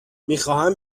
میخواهم